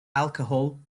alcohol